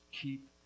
keep